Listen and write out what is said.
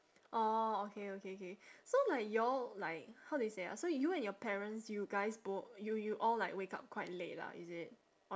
orh okay okay K so like y'all like how do you say ah so you and your parents you guys bo~ you you all like wake up quite late lah is it o~